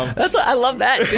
i love that too,